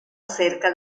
cerca